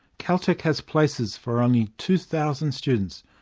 caltech has places for only two thousand students,